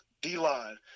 d-line